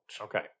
Okay